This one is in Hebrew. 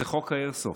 חוק האיירסופט.